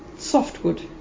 Softwood